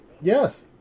Yes